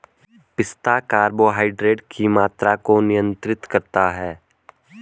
पिस्ता कार्बोहाइड्रेट की मात्रा को नियंत्रित करता है